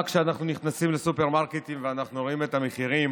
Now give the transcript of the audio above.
כשאנחנו נכנסים לסופרמרקט ואנחנו רואים את המחירים